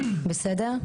בסדר?